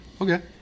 Okay